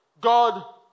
God